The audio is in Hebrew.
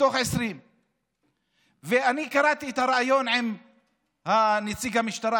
מתוך 20. ואני קראתי את הריאיון עם נציג המשטרה,